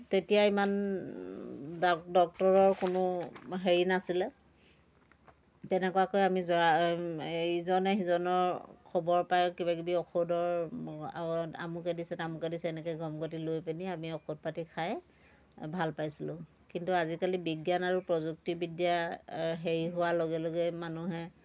তেতিয়া ইমান ডা ডক্তৰৰ কোনো হেৰি নাছিলে তেনেকুৱাকৈ আমি জৰা ইজনে সিজনৰ খবৰ পাই কিবা কিবি ঔষধৰ আমুকে দিছে তামুকে দিছে এনেকে গম গতি লৈ পেনি আমি ঔষধ পাতি খাই ভাল পাইছিলোঁ কিন্তু আজিকালি বিজ্ঞান আৰু প্ৰযুক্তিবিদ্যাৰ হেৰি হোৱাৰ লগে লগে মানুহে